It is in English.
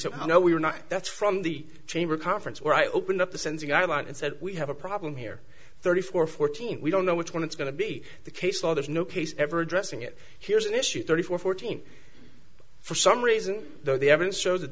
no we're not that's from the chamber conference where i opened up the sensor guidelines and said we have a problem here thirty four fourteen we don't know which one it's going to be the case law there's no case ever addressing it here's an issue thirty four fourteen for some reason though the evidence shows that